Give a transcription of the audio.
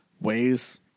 Ways